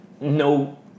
no